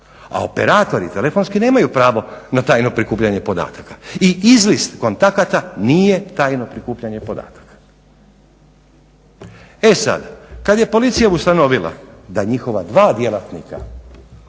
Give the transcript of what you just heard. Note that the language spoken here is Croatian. A operatori telefonski nemaju pravo na tajno prikupljanje podataka. I izlist kontakata nije tajno prikupljanje podataka. E sad, kad je policija ustanovila da njihova dva djelatnika